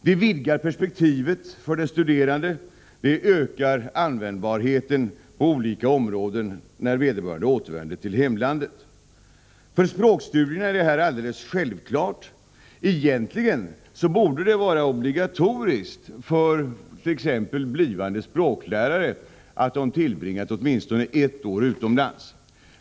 Det vidgar perspektivet för de studerande, och det ökar användbarheten på olika områden när vederbörande återvänder till hemlandet. För språkstudierna är detta självklart. Egentligen borde det vara obligatoriskt för t.ex. blivande språklärare att de tillbringat åtminstone ett år utomlands.